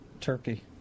Turkey